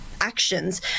actions